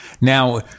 Now